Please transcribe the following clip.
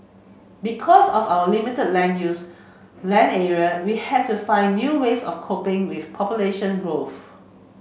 because of our limited land use land area we had to find new ways of coping with population growth